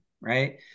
Right